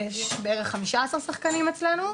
יש כחמישה עשר שחקנים אצלנו.